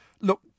Look